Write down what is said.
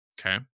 okay